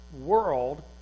world